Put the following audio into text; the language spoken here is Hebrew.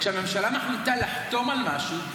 כשהממשלה מחליטה לחתום על משהו,